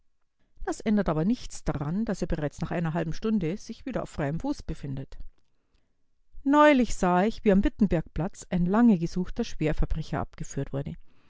das ändert aber nichts daran daß er bereits nach einer halben stunde sich wieder auf freiem fuß befindet neulich sah ich wie am wittenbergplatz ein lange gesuchter schwerverbrecher abgeführt wurde